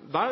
Man kan